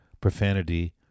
profanity